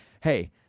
hey